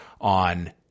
on